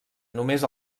només